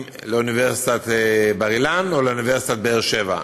לאוניברסיטת בר-אילן או לאוניברסיטת באר שבע.